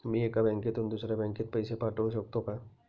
मी एका बँकेतून दुसऱ्या बँकेत पैसे पाठवू शकतो का?